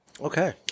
Okay